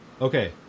Okay